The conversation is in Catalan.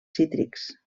cítrics